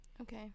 okay